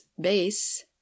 base